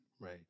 Right